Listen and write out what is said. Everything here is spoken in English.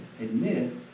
admit